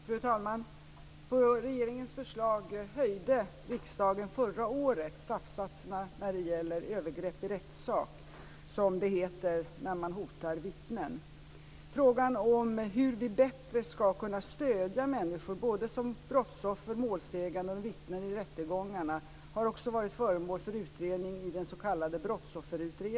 Fru talman! På regeringens förslag höjde riksdagen förra året straffsatserna när det gäller övergrepp i rättssak, som det heter när man hotar vittnen. Frågan om hur vi bättre skall kunna stödja människor både som brottsoffer, målsägande och vittnen i rättegångarna har också varit föremål för utredning i den s.k.